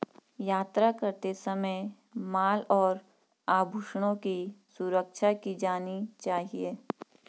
यात्रा करते समय माल और आभूषणों की सुरक्षा की जानी चाहिए